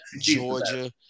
georgia